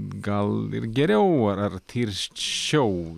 gal ir geriau ar tirščiau